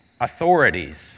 authorities